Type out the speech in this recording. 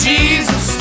Jesus